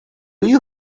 you